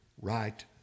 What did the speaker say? right